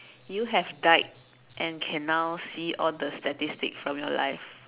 you have died and can now see all the statistics from your life